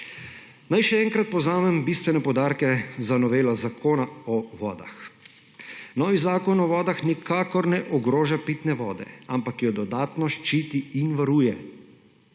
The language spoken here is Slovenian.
Naj še enkrat povzamem bistvene poudarke za novelo Zakona o vodah: novi Zakon o vodah nikakor ne ogroža pitne vode, ampak jo dodatno ščiti in varuje;